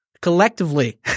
collectively